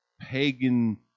pagan